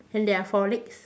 and there are four legs